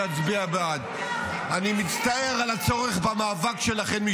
אני מצטער על הצורך במאבק שלכן,